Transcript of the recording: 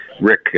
Rick